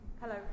Hello